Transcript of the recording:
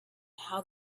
how